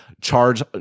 charge